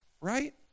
Right